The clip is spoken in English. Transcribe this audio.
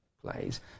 plays